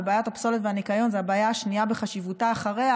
ובעיית הפסולת והניקיון זאת הבעיה השנייה בחשיבותה אחריה,